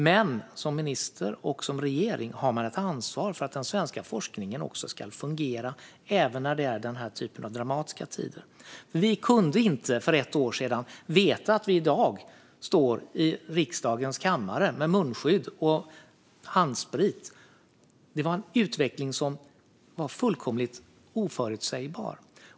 Men en minister och en regering har ett ansvar för att den svenska forskningen ska fungera också under den här typen av dramatiska tider. Vi kunde inte för ett år sedan veta att i vi i dag skulle stå i riksdagens kammare med munskydd och handsprit. Det var en utveckling som var fullkomligt oförutsägbar.